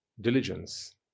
diligence